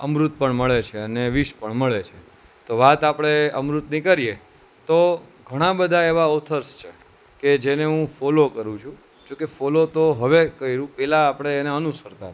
અમૃત પણ મળે છે અને વિષ પણ મળે છે તો વાત આપણે અમૃતની કરીએ તો ઘણા બધા એવા ઓથર્સ છે કે જેને હું ફોલો કરું છું જોકે ફોલો તો હવે કર્યું પહેલાં આપણે એને અનુસરતા હતા